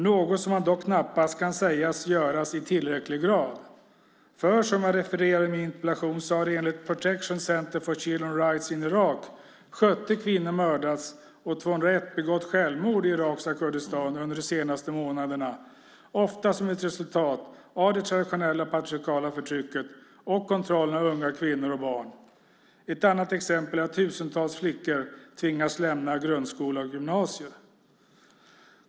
Det kan man dock knappast säga görs i tillräcklig grad, för som jag refererar i min interpellation har enligt Protection Center for Children's Rights in Iraq 70 kvinnor mördats och 201 begått självmord i irakiska Kurdistan under de senaste månaderna, ofta som ett resultat av det traditionella patriarkala förtrycket och kontrollen av unga kvinnor och barn. Ett annat exempel är att tusentals flickor har tvingats lämna grundskola och gymnasium.